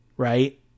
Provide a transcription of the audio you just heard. right